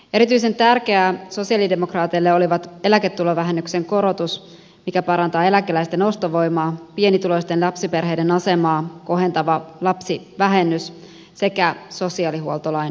erityisen tärkeää sosialidemokraateille olivat eläketulovähennyksen korotus mikä parantaa eläkeläisten ostovoimaa pienituloisten lapsiperheiden asemaa kohentava lapsivähennys sekä sosiaalihuoltolain uudistus